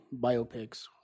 biopics